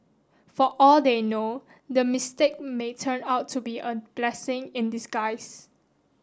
for all they know the mistake may turn out to be a blessing in disguise